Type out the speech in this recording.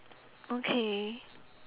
okay